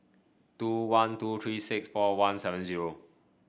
two one two three six four one seven zero